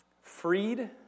Freed